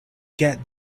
get